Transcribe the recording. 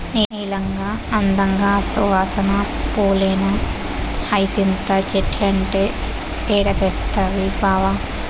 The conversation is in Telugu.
నీలంగా, అందంగా, సువాసన పూలేనా హైసింత చెట్లంటే ఏడ తెస్తవి బావా